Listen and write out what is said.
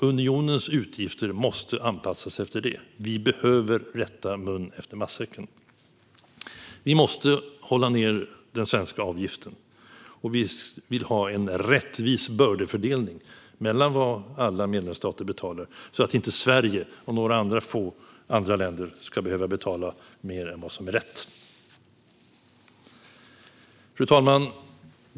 Unionens utgifter måste anpassas efter det; vi behöver rätta munnen efter matsäcken. Vi måste hålla nere den svenska avgiften, och vi vill ha en rättvis bördefördelning när det gäller vad alla medlemsstater betalar. Sverige och några få andra länder ska inte behöva betala mer än vad som är rätt. Fru talman!